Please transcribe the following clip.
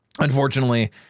Unfortunately